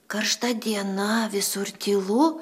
karšta diena visur tylu